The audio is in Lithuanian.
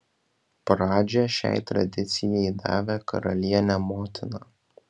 pradžią šiai tradicijai davė karalienė motina